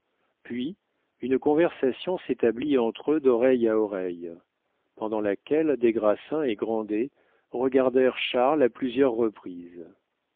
puis une conversation s'établit entre eux d'oreille à oreille pendant laquelle des grassins et grandet regardèrent charles à plusieurs reprises